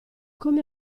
come